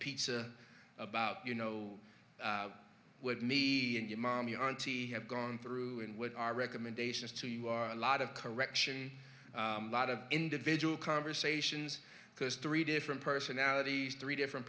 pizza about you know with me and you mommy on t v have gone through and what our recommendations to you are a lot of correction lot of individual conversations because three different personalities three different